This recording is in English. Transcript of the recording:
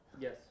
yes